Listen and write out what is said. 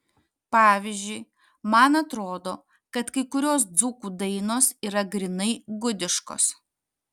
pavyzdžiui man atrodo kad kai kurios dzūkų dainos yra grynai gudiškos